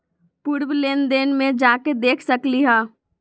पूर्व लेन देन में जाके देखसकली ह?